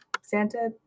Santa